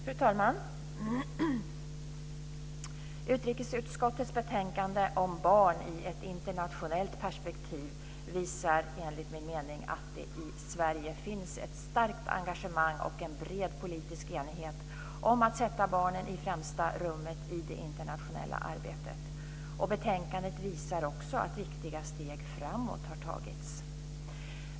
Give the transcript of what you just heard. Fru talman! Utrikesutskottets betänkande om barn i ett internationellt perspektiv visar, enligt min mening, att det i Sverige finns ett starkt engagemang och en bred politisk enighet om att sätta barnen i främsta rummet i det internationella arbetet. Betänkandet visar också att viktiga steg framåt har tagits.